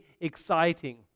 exciting